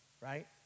right